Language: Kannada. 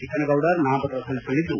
ಚಿಕ್ಕನಗೌಡರ್ ನಾಮಪತ್ರ ಸಲ್ಲಿಸಲ್ಲಿದ್ದು